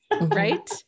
right